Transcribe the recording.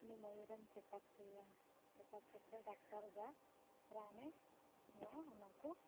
ᱩᱱᱤ ᱢᱚᱭᱩᱨᱮᱢ ᱪᱮᱠᱟᱯ ᱪᱚᱭ ᱭᱟ ᱪᱮᱠᱟᱯ ᱪᱚ ᱠᱟᱛᱮᱜ ᱰᱟᱠᱛᱟᱨ ᱡᱟ ᱨᱟᱱᱮ ᱮᱢᱚᱜᱼᱟ ᱚᱱᱟ ᱠᱚ